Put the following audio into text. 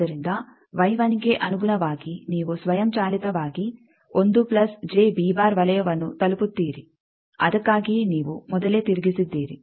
ಆದ್ದರಿಂದ ಗೆ ಅನುಗುಣವಾಗಿ ನೀವು ಸ್ವಯಂಚಾಲಿತವಾಗಿ ವಲಯವನ್ನು ತಲುಪುತ್ತೀರಿ ಅದಕ್ಕಾಗಿಯೇ ನೀವು ಮೊದಲೇ ತಿರುಗಿಸಿದ್ದೀರಿ